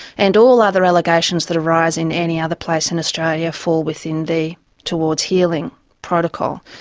and all other allegations that arise in any other place in australia fall within the towards healing protocol.